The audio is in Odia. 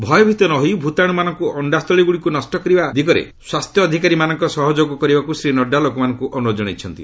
ଭୟଭୀତ ନ ହୋଇ ଭୂତାଣୁମାନଙ୍କର ଅକ୍ଷାସ୍ଥଳୀଗୁଡ଼ିକୁ ନଷ୍ଟ କରିବା ଦିଗରେ ସ୍ୱାସ୍ଥ୍ୟ ଅଧିକାରୀମାନଙ୍କ ସହ ସହଯୋଗ କରିବାକୁ ଶ୍ରୀ ନଡ୍ଗା ଲୋକମାନଙ୍କୁ ଅନୁରୋଧ ଜଣାଇଛନ୍ତି